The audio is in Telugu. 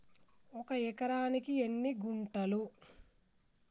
ఒక ఎకరానికి ఎన్ని గుంటలు?